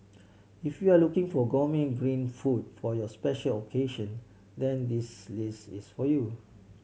if you are looking for gourmet green food for your special occasion then this list is for you